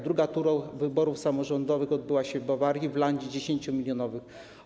Druga tura wyborów samorządowych odbyła się w Bawarii, w landzie 10-milionowym.